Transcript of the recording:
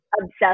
obsessed